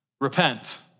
repent